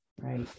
Right